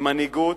עם מנהיגות.